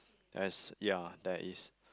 as ya there is